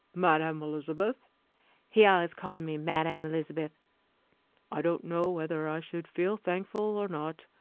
madam elizabeth he always called me madam elizabeth i don't know whether i should feel thankful or not.